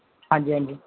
ਹਾਂਜੀ ਹਾਂਜੀ